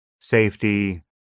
safety